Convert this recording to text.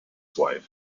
wife